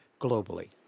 globally